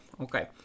Okay